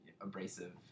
abrasive